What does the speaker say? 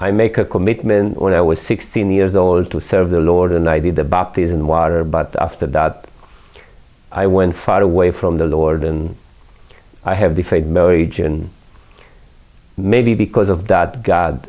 i make a commitment when i was sixteen years old to serve the lord and i did about these in the water but after that i went far away from the lord and i have the faith marriage and maybe because of that god